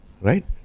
Right